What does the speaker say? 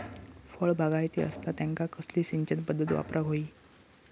फळबागायती असता त्यांका कसली सिंचन पदधत वापराक होई?